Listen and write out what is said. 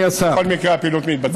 בכל מקרה, הפעילות מתבצעת.